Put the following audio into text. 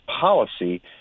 policy